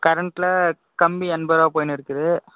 கரண்டில் கம்பி எண்பரூவா போய்ன்னுருக்குது